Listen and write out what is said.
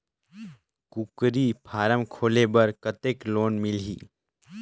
कूकरी फारम खोले बर कतेक लोन मिलही?